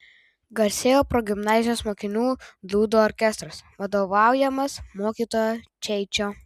garsėjo progimnazijos mokinių dūdų orkestras vadovaujamas mokytojo čeičio